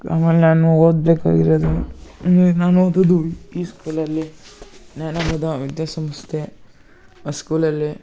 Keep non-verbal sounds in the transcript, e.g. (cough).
ಆಮೇಲೆ ನಾನು ಓದ್ಬೇಕಾಗಿರೋದು (unintelligible) ನಾನು ಓದೋದು ಈ ಸ್ಕೂಲಲ್ಲಿ ಜ್ಞಾನಬೋಧ ವಿದ್ಯಾ ಸಂಸ್ಥೆ ಸ್ಕೂಲಲ್ಲಿ